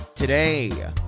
Today